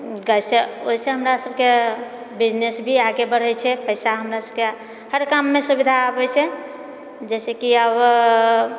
गायसँ ओहिसँ हमरा सभके बिजनेस भी आगे बढ़ए छै पैसा हमरा सभके हर काममे सुविधा आबैत छै जहिसँ कि